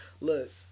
look